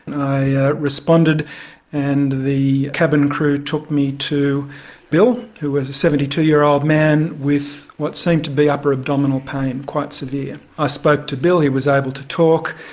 i responded and the cabin crew took me to bill, bill, who was a seventy two year old man with what seemed to be upper abdominal pain, quite severe. i spoke to bill, who was able to talk,